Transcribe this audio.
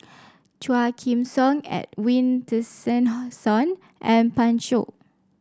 Quah Kim Song Edwin and Pan Shou